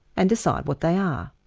and decide what they are.